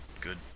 good